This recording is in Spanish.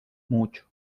mucho